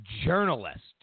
journalist